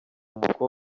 gushyikira